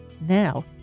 now